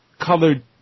colored